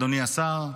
אדוני השר,